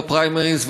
בפריימריז,